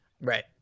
Right